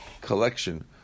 collection